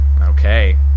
Okay